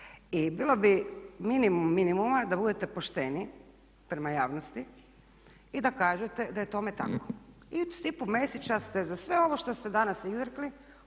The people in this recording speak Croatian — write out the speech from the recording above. I bilo bi minimum minimuma da budete pošteni prema javnosti i da kažete da je tome tako. I uz Stipu Mesića ste za sve ovo što ste danas izrekli